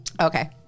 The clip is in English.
Okay